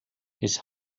his